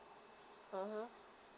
(uh huh)